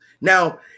Now